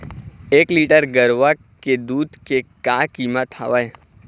एक लीटर गरवा के दूध के का कीमत हवए?